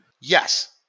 Yes